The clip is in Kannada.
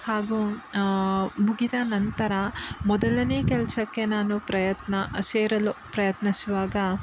ಹಾಗೂ ಮುಗಿದ ನಂತರ ಮೊದಲನೇ ಕೆಲಸಕ್ಕೆ ನಾನು ಪ್ರಯತ್ನ ಸೇರಲು ಪ್ರಯತ್ನಿಸುವಾಗ